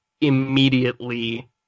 immediately